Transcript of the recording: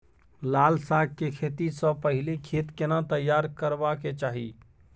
लाल साग के खेती स पहिले खेत केना तैयार करबा के चाही?